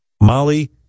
Molly